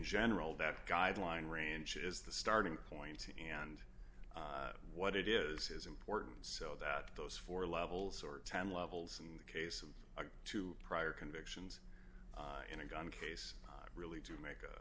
general that guideline ranch is the starting point and what it is is important so that those four levels or ten levels in the case of a two prior conviction in a gun case really do make